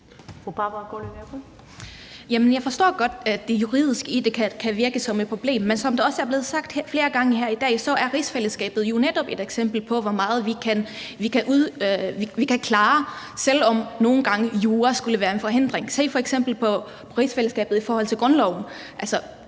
jeg forstår godt, at det juridiske i det kan virke som et problem, men som det også er blevet sagt flere gange her i dag, er rigsfællesskabet jo netop et eksempel på, hvor meget vi kan klare, selv om jura nogle gange skulle være en forhindring. Se f.eks. på rigsfællesskabet i forhold til grundloven.